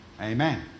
Amen